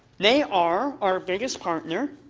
they are our biggest partner.